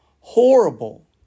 Horrible